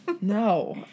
No